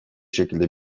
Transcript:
şekilde